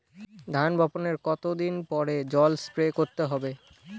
ধান বপনের কতদিন পরে জল স্প্রে করতে হবে?